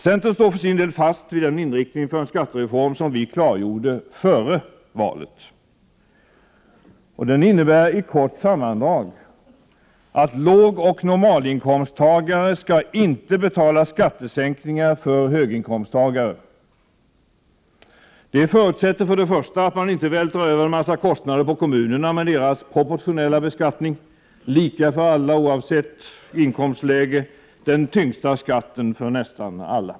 Centern står för sin del fast vid den inriktning för en skattereform som vi klargjorde före valet. Den innebär i kort sammandrag att lågoch normalinkomsttagare inte skall betala skattesänkningar för höginkomsttagare. Det förutsätter för det första att man inte vältrar över en massa kostnader på kommunerna med deras proportionella beskattning, lika för alla oavsett inkomstläge, den tyngsta skatten för nästan alla.